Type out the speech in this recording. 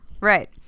Right